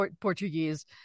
Portuguese